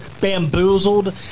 bamboozled